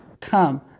come